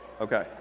Okay